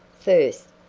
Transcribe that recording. first,